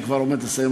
אני כבר עומד לסיים,